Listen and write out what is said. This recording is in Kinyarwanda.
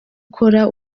ukora